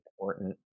important